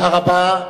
תודה רבה.